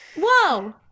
Whoa